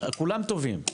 כולם טובים,